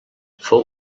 fou